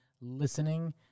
listening